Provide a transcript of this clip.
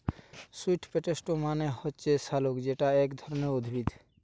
sweet potato মানে হচ্ছে শাকালু যেটা এক ধরণের উদ্ভিদ